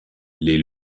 les